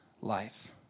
life